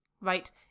Right